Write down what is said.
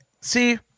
See